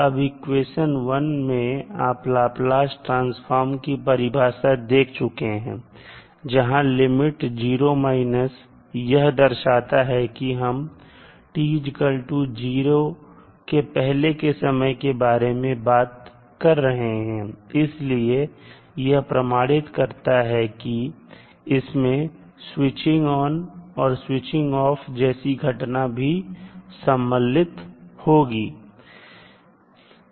अब इक्वेशन में आप लाप्लास ट्रांसफार्म की परिभाषा देख चुके हैं जहां लिमिट 0 यह दर्शाता है कि हम t0 के पहले के समय के बारे में बात कर रहे हैं इसलिए यह प्रमाणित करता है कि इसमें स्विचिंग ON और स्विचिंग OFF जैसे घटना भी सम्मिलित हैं